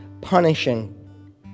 punishing